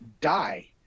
die